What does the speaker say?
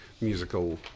musical